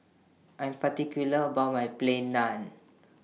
I'm particular about My Plain Naan